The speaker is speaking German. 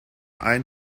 ein